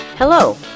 Hello